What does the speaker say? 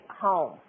home